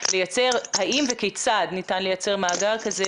האם וכיצד ניתן לייצר מאגר כזה.